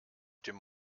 dem